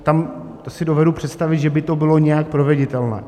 Tam si dovedu představit, že by to bylo nějak proveditelné.